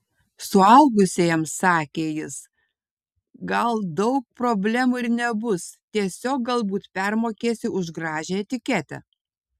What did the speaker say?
suaugusiajam sakė jis gal daug problemų ir nebus tiesiog galbūt permokėsi už gražią etiketę